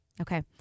Okay